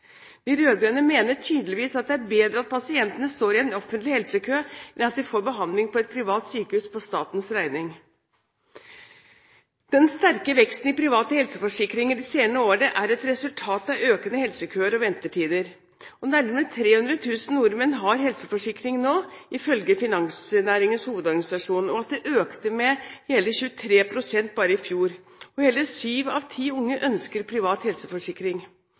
De rød-grønne mener tydeligvis at det er bedre at pasientene står i en offentlig helsekø enn at de får behandling på et privat sykehus på statens regning. Den sterke veksten i private helseforsikringer de senere årene er et resultat av økende helsekøer og ventetider. Nærmere 300 000 nordmenn har helseforsikring nå, ifølge Finansnæringens Hovedorganisasjon, og tallet økte med hele 23 pst. bare i fjor. Hele syv av ti unge ønsker privat helseforsikring.